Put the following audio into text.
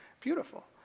beautiful